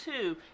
two